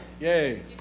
Yay